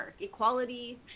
equality